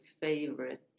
favorite